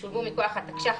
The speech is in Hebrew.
ששולמו מכוח התקש"ח,